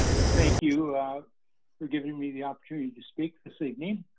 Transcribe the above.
to thank you for giving me the opportunity to speak this evening.